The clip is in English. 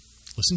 Listen